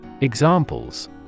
Examples